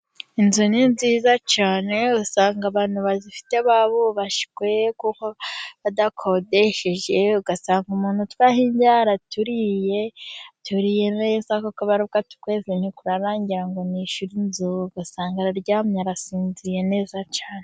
Inzu ni nziza cyane usanga abantu bazifite baba bubashywe, kuko baba badakodesheje ugasanga umuntu utwo ahinze araturiye, aturiye neza kuko aba ari kuvuga ngo nabwo yishura inzu, kugira ngo yishyure inzu ugasanga araryamye arasinziriye neza cyane.